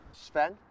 Sven